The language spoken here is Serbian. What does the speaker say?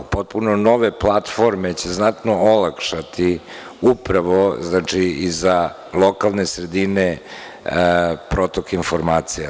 Potpuno nove platforme će znatno olakšati upravo, znači, i za lokalne sredine protok informacija.